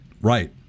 Right